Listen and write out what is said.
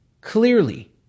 clearly